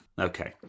Okay